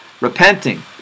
Repenting